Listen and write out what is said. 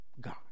God